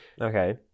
okay